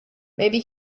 maybe